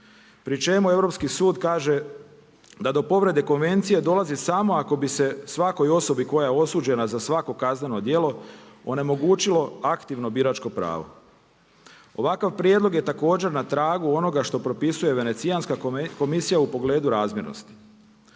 pri čemu Europski sud kaže da do povrede konvencije dolazi samo ako bi se svakoj osobi koja je osuđena za svako kazneno djelo onemogućilo aktivno biračko pravo. Ovakav prijedlog je također na tragu onoga što propisuje Venecijanska komisija u pogledu razmjernosti.